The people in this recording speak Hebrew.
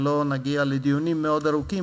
ולא נגיע לדיונים מאוד ארוכים,